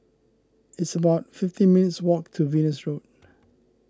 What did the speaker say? it's about fifteen minutes' walk to Venus Road